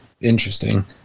Interesting